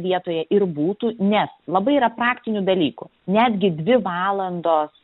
vietoje ir būtų nes labai yra praktinių dalykų netgi dvi valandos